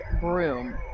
Broom